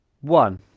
One